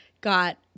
got